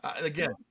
again